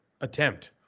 Attempt